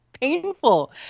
painful